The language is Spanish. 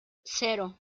cero